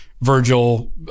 Virgil